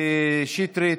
שטרית,